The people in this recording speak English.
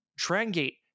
Trangate